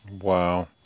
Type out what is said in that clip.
Wow